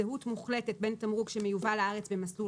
זהות מוחלטת בין תמרוק שמיובא לארץ במסלול